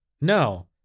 No